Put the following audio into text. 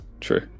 true